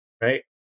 Right